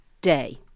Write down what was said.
day